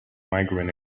migraine